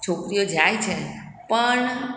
છોકરીઓ જાય છે પણ